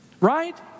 right